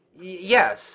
Yes